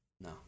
No